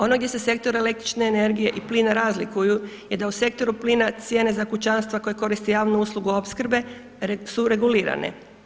Ono gdje se sektor električne energije i plina razlikuju je da u sektoru plina cijene za kućanstva koje koristi javnu uslugu opskrbe su regulirane.